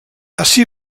ací